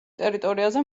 ტერიტორიაზე